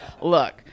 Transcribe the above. Look